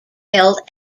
held